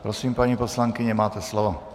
Prosím, paní poslankyně, máte slovo.